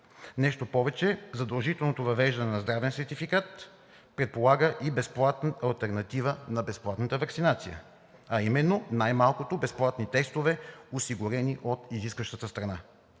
Нещо повече. Задължителното въвеждане на здравен сертификат предполага и безплатна алтернатива на безплатната ваксинация, а именно най-малкото безплатни тестове, осигурени от изискващата страна.